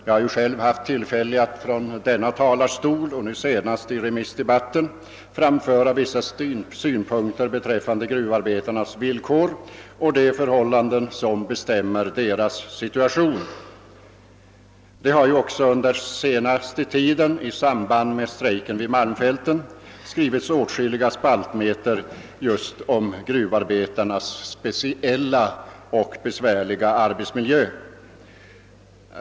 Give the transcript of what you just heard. Jag har själv haft tillfälle att från denna talarstol — senast i remissdebatten — framföra synpunkter på gruvarbetarnas arbetsvillkor och de förhållanden som bestämmer deras situation. Det har ju också under den senaste tiden i samband med strejken vid malmfälten skrivits åtskilliga spaltmeter om gruvarbetarnas speciella och besvärliga arbetsmiljö.